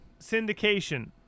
syndication